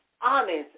honest